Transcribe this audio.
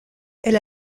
elle